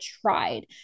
tried